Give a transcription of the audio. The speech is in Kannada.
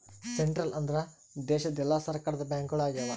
ಸೆಂಟ್ರಲ್ ಅಂದ್ರ ದೇಶದ ಎಲ್ಲಾ ಸರ್ಕಾರದ ಬ್ಯಾಂಕ್ಗಳು ಆಗ್ಯಾವ